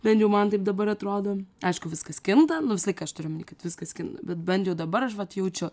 bent jau man taip dabar atrodo aišku viskas kinta nu visą laiką aš turiu omeny kad viskas kinta bet bent jau dabar aš vat jaučiu